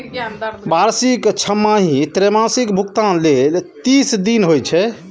वार्षिक, छमाही अथवा त्रैमासिक भुगतान लेल तीस दिन होइ छै